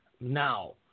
now